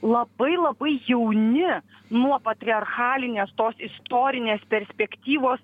labai labai jauni nuo patriarchalinės tos istorinės perspektyvos